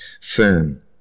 firm